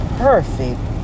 perfect